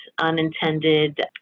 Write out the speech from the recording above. unintended